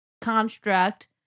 construct